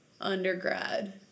undergrad